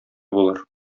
булыр